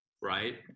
right